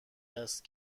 است